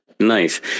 Nice